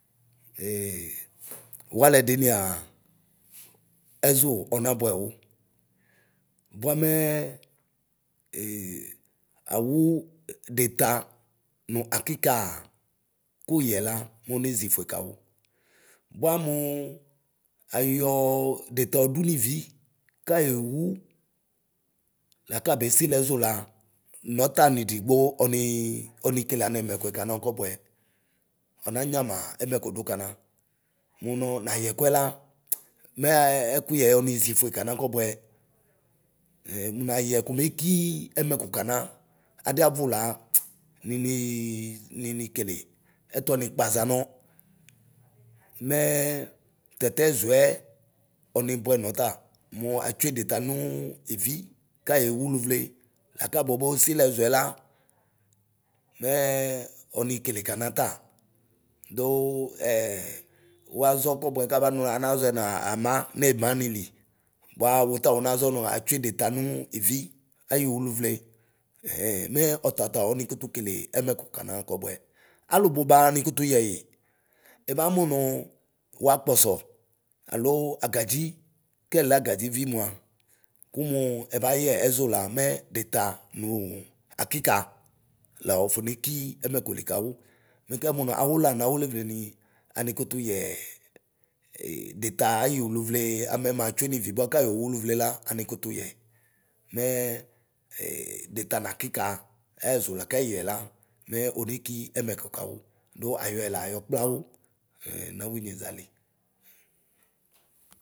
ωualɛdinia, ɛzʋ ɔnabʋɛ ωu bua mɛɛ awu deta nu akikɛa kuyɛla moneʒi fue kuωa; bua mu ayɔɔ detaɔɔ du nivi, kayowu lakabe siliɛʒu la, nɔta anidigbo ɔnii ɔnikele anɛmɛkʋɛ kana kɔbʋɛ. Ɔnanayama ɛmɛkudu kana. Munɔ nayɛkʋɛ la “pitsi” mɛ ɛkʋyɛ oni ʒi fue kana kɔbɔɛ. Ɛ mnayɛ kome kii ɛmɛ ku kana, adiavʋ la “ptsi” ninii ninikele ɛtʋɛnikpaʒanɔ. Mɛɛ tɛtɛʒʋɛ ɔnibʋɛ nɔ ta. Mu atsue detɔ nuvivi kayo ωuluvle aka bobo siliɛʒʋɛ la, mɛɛ ɔni kele kana ta. Dun ɛɛ ωuaʒɔkɔbʋɛ kabanua anaʒɔɛ nu ama nemani li. Bua ωuta unaʒɔ natsue deta nu ivi ayu uluvle. Mɛ ɔtata ɔni kutu kele ɛmɛku kama kɔbʋɛ. Alububa ani kutu yɛyi. Ɛba munuu ωuakpɔsɔ all agadzi, kɛlɛ agadzivi mua, kumu ɛbayɛ ɛbayɛ ɛʒɔ la mɛ detɔ mi akika la ofoneki ɛmɛkuli kaωu. Mɛ kɛmu nʋ awula nawulevle ni ani kutuyɛ detɔ ayuluvlee amɛ matsue nivi bua kayo wu uluvle la, ani kutuyɛ. Mɛ deta nakika ayɛʒu la keyɛla mɛ oneki ɛmɛkʋ kawu, du ayɔɛla yɔ kplawu nawinyeʒali.